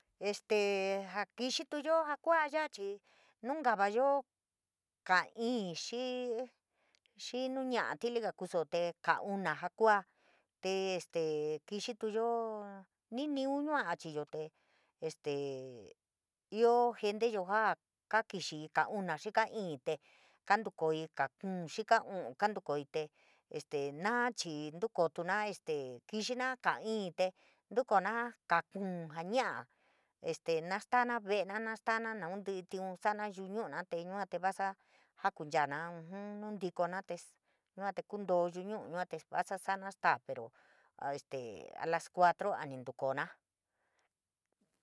Este jaa kitiuyo jaa kua ya chií nunkavayo kaa inn xii, xii nuu ñeía tiliga kusuo te kaa una jaa kua te este kitiuyo nii ñuu yua achiyo te este íoo genioyo jaa kaa kixii kaa una, xii kaa tnn te kaa tu koií kaa kuu, xii kaa uu kaa tu koií te este, na chií ntukotuna, kixina ka iñi te tu koona kaa kuun jaa ña’a este na staara veena, na stara, nou ttií tiun sa’ora yuu ñura te yua te vasa jaa kunchara ujún nu ntikoora yua te, yua te kontoo yu ñuu yuo te vasa sa’ara staa pero a este a las cuatro a ntikoora.